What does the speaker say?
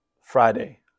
Friday